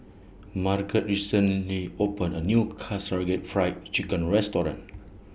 Marget recently opened A New Fried Chicken Restaurant